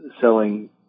selling